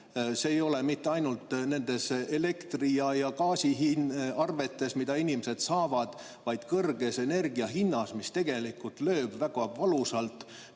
See ei ole mitte ainult nendes elektri- ja gaasiarvetes, mida inimesed saavad, vaid kõrges energiahinnas, mis lööb väga valusalt